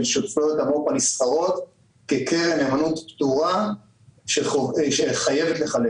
שותפויות המו"פ הנסחרות כקרן נאמנות פטורה שחייבת לחלק